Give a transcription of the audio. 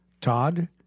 Todd